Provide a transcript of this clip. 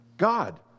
God